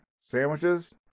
Sandwiches